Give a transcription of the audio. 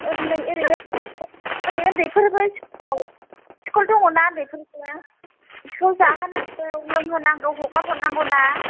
ओरै उन्दैफोरबो स्कुलाव स्कुल दङना उन्दैफोरना बिसोरखौ जाहोनांगौ लोंहोनांगौ हगार हरनांगौना